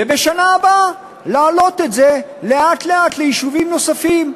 ובשנה הבאה להעלות את זה לאט-לאט ליישובים נוספים.